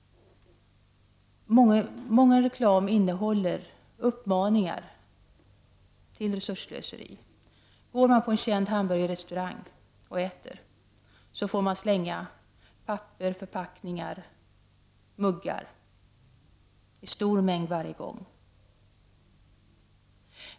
En stor del av reklamen innehåller uppmaningar till resursslöseri. Går man på en känd hamburgerrestaurang och äter får man slänga papper, förpackningar och muggar i stor mängd varje gång.